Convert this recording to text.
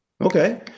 okay